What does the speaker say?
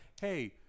hey